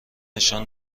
نشان